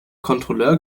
kontrolleur